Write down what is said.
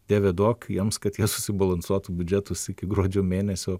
dieve duok jiems kad jie susibalansuotų biudžetus iki gruodžio mėnesio